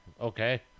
Okay